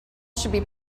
should